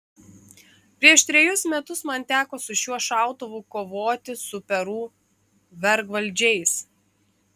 prieš trejus metus man teko su šiuo šautuvu kovoti su peru vergvaldžiais